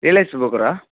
real estate புரோக்கரா